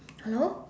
hello